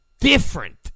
Different